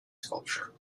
sculpture